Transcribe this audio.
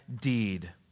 deed